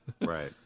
Right